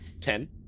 Ten